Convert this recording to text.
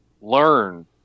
learn